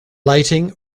lighting